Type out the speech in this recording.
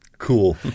cool